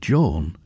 John